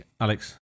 Alex